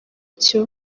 cyo